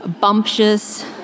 bumptious